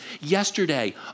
Yesterday